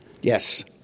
Yes